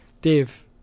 Dave